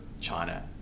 China